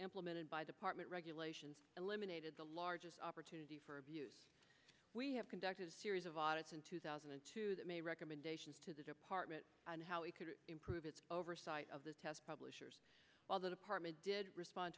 implemented by the partment regulations eliminated the largest opportunity for abuse we have conducted a series of audits in two thousand and two that made recommendations to the department on how it could improve its oversight of the test publishers while the department did respond